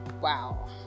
Wow